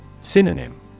Synonym